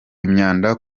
imyanda